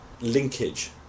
linkage